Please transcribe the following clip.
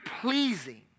pleasing